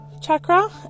chakra